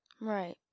Right